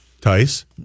Tice